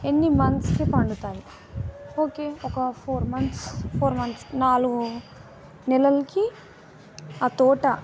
ఎన్ని మంత్స్కి పండుతాయి ఓకే ఒక ఫోర్ మంత్స్ ఫోర్ మంత్స్ నాలుగు నెలలకి ఆ తోట